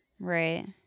Right